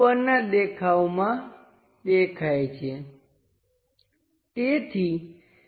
ઉદાહરણ તરીકે આ એક સ્ટેપ જેવું હોઈ શકે છે અને અહીં કોઈ મટિરિયલ નથી કારણ કે આ સતત ભાગ નથી